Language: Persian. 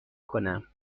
کنم